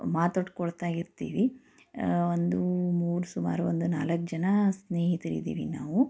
ಮಾತಾಡ್ಕೊಳ್ತಾ ಇರ್ತೀವಿ ಒಂದು ಮೂರು ಸುಮಾರು ಒಂದು ನಾಲ್ಕು ಜನ ಸ್ನೇಹಿತರಿದ್ದೀವಿ ನಾವು